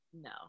No